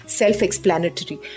self-explanatory